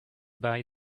buy